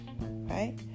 Right